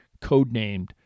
codenamed